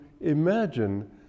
imagine